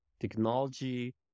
technology